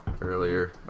earlier